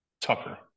Tucker